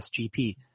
SGP